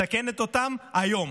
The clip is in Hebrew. מסכנת אותם היום.